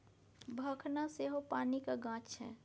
भखना सेहो पानिक गाछ छै